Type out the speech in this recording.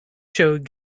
showed